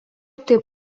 taip